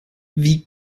wie